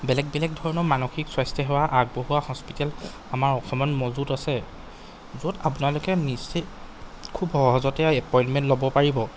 বেলেগ বেলেগ ধৰণৰ মানসিক স্বাস্থ্যসেৱা আগবঢ়োৱা হস্পিটেল আমাৰ অসমত মজুদ আছে য'ত আপোনালোকে নিজে খুব সহজতে এপইণ্টমেণ্ট ল'ব পাৰিব